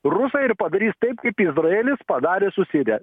rusai ir padarys taip kaip izraelis padarė su sirija